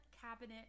cabinet